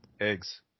Eggs